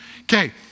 Okay